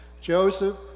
Joseph